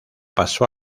pasó